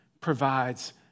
provides